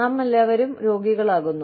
നാമെല്ലാവരും രോഗികളാകുന്നു